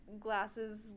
glasses